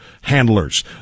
handlers